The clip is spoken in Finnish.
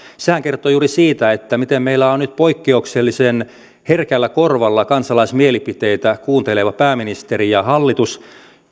sehän kertoo juuri siitä miten meillä on on nyt poikkeuksellisen herkällä korvalla kansalaismielipiteitä kuunteleva pääministeri ja hallitus